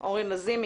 אצל אורן לזימי.